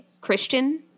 Christian